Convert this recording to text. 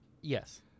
Yes